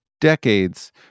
decades